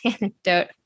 anecdote